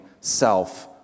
self